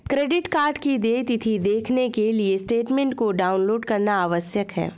credit card की देय तिथी देखने के लिए स्टेटमेंट को डाउनलोड करना आवश्यक है